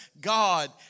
God